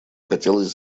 хотелось